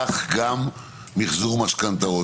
כך גם מחזור משכנתאות.